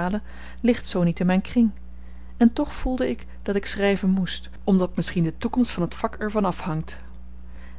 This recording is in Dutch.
principalen ligt zoo niet in myn kring en toch voelde ik dat ik schryven moest omdat misschien de toekomst van t vak er van afhangt